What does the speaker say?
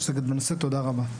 תודה רבה.